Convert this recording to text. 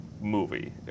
movie